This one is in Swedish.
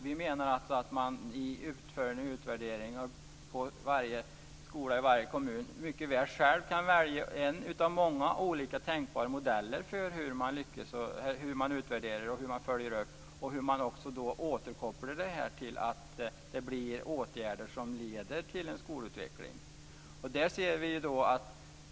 Vi menar alltså att man i uppföljning och utvärdering av varje skola och varje kommun mycket väl själv kan välja en av många olika tänkbara modeller för hur man utvärderar och följer upp och för hur man också återkopplar det, så att det blir åtgärder som leder till en skolutveckling.